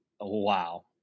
Wow